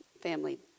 family